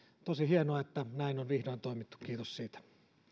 tosi hienoa että näin on vihdoin toimittu kiitos siitä